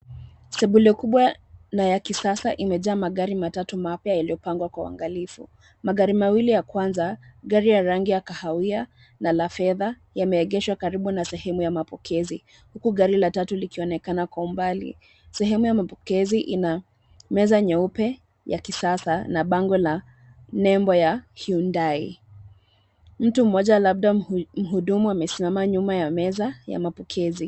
Sebule kubwa na ya kisasa imejaa magari matatu mapya yaliyopangwa kwa uangalifu. Magari mawili ya kwanza, gari ya rangi ya kahawia na la fedha, yameegeshwa karibu na sehemu ya mapokezi huku gari la tatu likionekana kwa umbali. Sehemu ya mapokezi ina meza nyeupe ya kisasa na bango la nembo ya Hyundai. Mtu mmoja, labda mhudumu amesimama nyuma ya meza ya mapokezi.